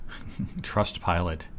Trustpilot